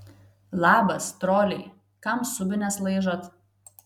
labas troliai kam subines laižot